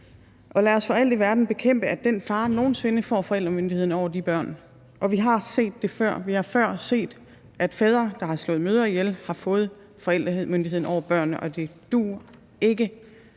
Og lad os for alt i verden bekæmpe, at den far nogen sinde får forældremyndigheden over de børn. For vi har set det før – vi har før set, at fædre, der har slået mødre ihjel, har fået forældremyndigheden over børnene. Det duer ikke,